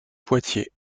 poitiers